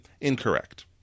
Incorrect